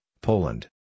Poland